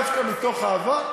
דווקא מתוך אהבה,